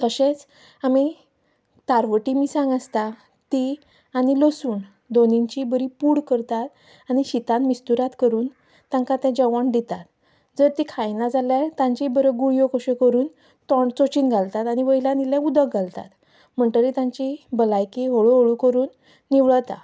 तशेंच आमी तारवटी मिरसांग आसता ती आनी लसूण दोनींची बरी पूड करतात आनी शितान मिस्तुराद करून तांकां तें जेवण दितात जर तीं खायना जाल्यार तांची बऱ्यो गुळयो कश्यो करून चोंचीन घालतात आनी वयल्यान इल्लें उदक घालतात म्हणटगीर तांची भलायकी हळुहळू करून निवळता